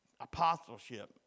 apostleship